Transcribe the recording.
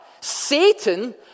Satan